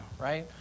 right